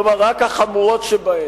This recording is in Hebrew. כלומר רק החמורות שבהן,